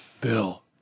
Bill